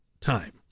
time